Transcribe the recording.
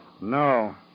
No